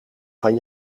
van